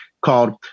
called